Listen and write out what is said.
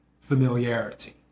familiarity